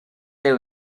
their